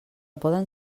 poden